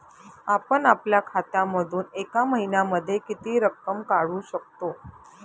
आपण आपल्या खात्यामधून एका महिन्यामधे किती रक्कम काढू शकतो?